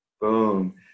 Boom